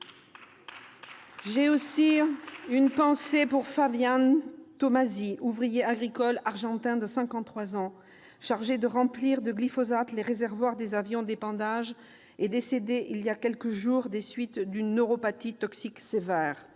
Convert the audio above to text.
J'ai aussi une pensée pour Fabian Tomasi, ouvrier agricole argentin de 53 ans, chargé de remplir de glyphosate les réservoirs des avions d'épandage et décédé il y a quelques jours des suites d'une neuropathie toxique sévère